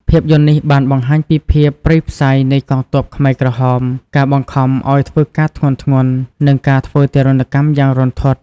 ភាពយន្តនេះបានបង្ហាញពីភាពព្រៃផ្សៃនៃកងទ័ពខ្មែរក្រហម ការបង្ខំឲ្យធ្វើការធ្ងន់ៗ និងការធ្វើទារុណកម្មយ៉ាងរន្ធត់ ។